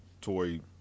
Tory